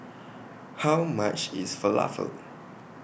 How much IS Falafel